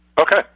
Okay